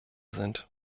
sind